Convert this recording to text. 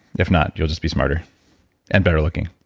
if not, you'll just be smarter and better looking.